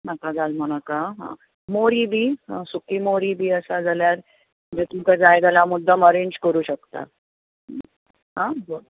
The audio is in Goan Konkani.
नाका गालमो नाका हां मोरी बी सुकी मोरी बी आसा जाल्यार म्हणजे तुमका जाय जाल्यार हांव मुद्दाम अरेंज करूंक शकता हां